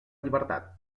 llibertat